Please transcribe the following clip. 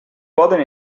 poden